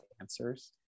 answers